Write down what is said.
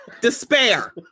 Despair